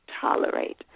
tolerate